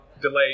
delay